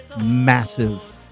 massive